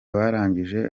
barangije